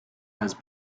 has